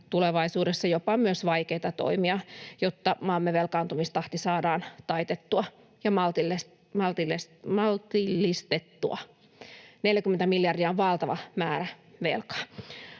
tulevaisuudessa, jopa myös vaikeita toimia, jotta maamme velkaantumistahti saadaan taitettua ja maltillistettua. 40 miljardia on valtava määrä velkaa.